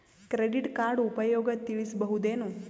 Credit card ಉಪಯೋಗ ತಿಳಸಬಹುದೇನು?